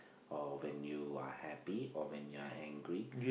or when you are happy or when you are angry